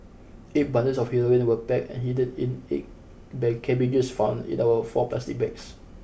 eight bundles of heroin were packed and hidden in eight bake cabbages found in the four plastic bags